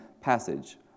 passage